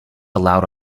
allowed